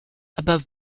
above